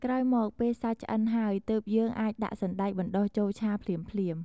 ក្រោយមកពេលសាច់ឆ្អិនហើយ ទើបយើងអាចដាក់សណ្ដែកបណ្ដុះចូលឆាភ្លាមៗ។